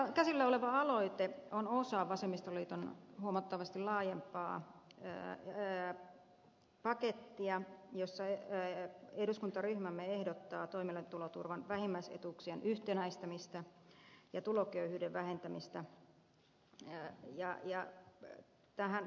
nyt käsillä oleva aloite on osa vasemmistoliiton huomattavasti laajempaa pakettia jossa eduskuntaryhmämme ehdottaa toimeentuloturvan vähimmäisetuuksien yhtenäistämistä ja tu loköyhyyden vähentämistä työ ja ja vettä hän